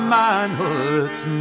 manhood's